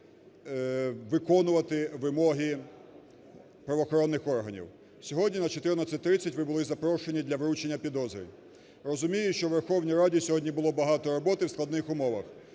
виконувати вимоги правоохоронних органів. Сьогодні на 14.30 ви були запрошені для вручення підозри. Розумію, що у Верховній Раді сьогодні було багато роботи в складних умовах,